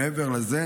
מעבר לזה,